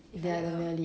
you like the male lead